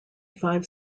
five